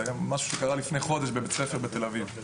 זה קרה לפני חודש בבית ספר בתל אביב.